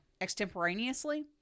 extemporaneously